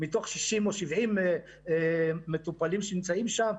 מתוך 60 או 70 מטופלים שנמצאים שם,